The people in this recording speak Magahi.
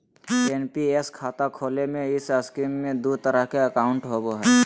एन.पी.एस खाता खोले में इस स्कीम में दू तरह के अकाउंट होबो हइ